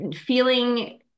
Feeling